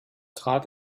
trat